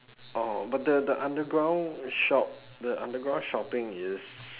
oh but the the underground shop the underground shopping is